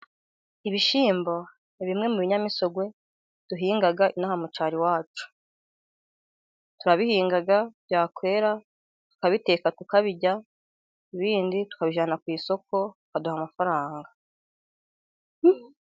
Ibishyimbo ni bimwe mu binyamisogwe duhinga inaha mu cyaro iwacu. Turabihinga byakwera tukabiteka tukabirya, ibindi tukabijyana ku isoko, bakaduha amafaranga.